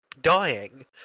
Dying